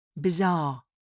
Bizarre